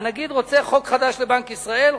הנגיד רוצה חוק חדש לבנק ישראל,